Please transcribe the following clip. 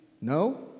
No